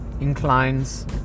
inclines